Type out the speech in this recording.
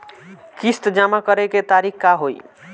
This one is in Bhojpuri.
किस्त जमा करे के तारीख का होई?